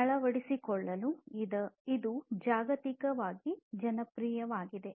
ಅಳವಡಿಸಿಕೊಳ್ಳಲು ಇದು ಜಾಗತಿಕವಾಗಿ ಜನಪ್ರಿಯವಾಯಿತು